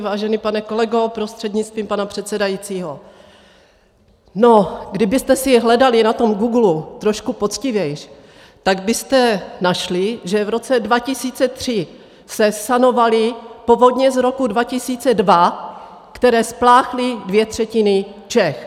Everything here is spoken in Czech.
Vážený pane kolego prostřednictvím pana předsedajícího, no, kdybyste si hledali na tom Googlu trošku poctivěji, tak byste našli, že v roce 2003 se sanovaly povodně z roku 2002, které spláchly dvě třetiny Čech.